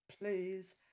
please